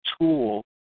tool